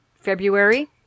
February